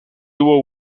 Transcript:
hubo